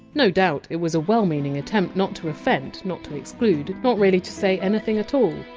no doubt it was a well meaning attempt not to offend, not to exclude not really to say anything at all